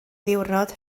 ddiwrnod